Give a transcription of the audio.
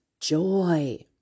joy